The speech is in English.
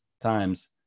times